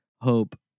hope